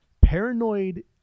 Paranoid